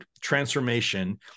transformation